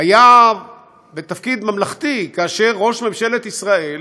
היה בתפקיד ממלכתי כאשר ראש ממשלת ישראל